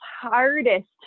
hardest